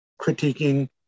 critiquing